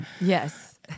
Yes